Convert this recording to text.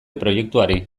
proiektuari